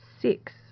Six